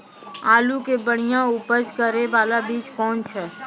आलू के बढ़िया उपज करे बाला बीज कौन छ?